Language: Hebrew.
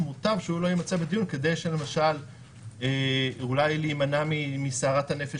במקום שבו חוששים להתנהלות הסנגורים,